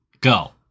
go